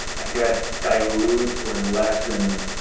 i guess dilute or lessen